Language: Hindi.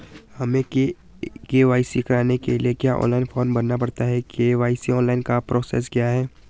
हमें के.वाई.सी कराने के लिए क्या ऑनलाइन फॉर्म भरना पड़ता है के.वाई.सी ऑनलाइन का प्रोसेस क्या है?